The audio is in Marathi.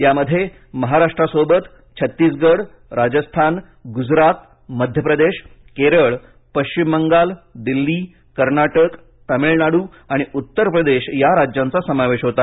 यामध्ये महाराष्ट्रासोबत छत्तीसगढ राजस्थान गुजरात मध्य प्रदेश केरळ पश्चिम बंगाल दिल्ली कर्नाटक तमिळनाडू आणि उत्तर प्रदेश या राज्यांचा समावेश होता